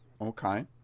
Okay